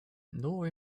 nor